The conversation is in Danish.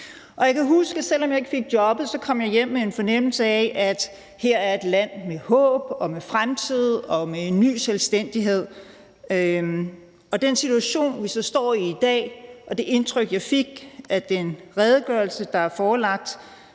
Og jeg kan huske, at selv om jeg ikke fik jobbet, kom jeg hjem med en fornemmelse af, at her er et land med håb, med fremtid og med en ny selvstændighed. Og den situation, vi så står i i dag, og det indtryk, jeg fik af den redegørelse, der er forelagt,